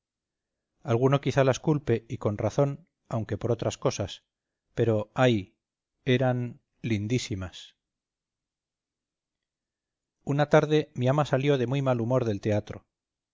alguno quizás las culpe y con razón aunque por otras cosas pero ay eran lindísimas una tarde mi ama salió de muy mal humor del teatro